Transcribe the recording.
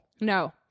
No